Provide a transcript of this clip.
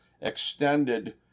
extended